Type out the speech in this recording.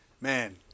Man